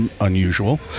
unusual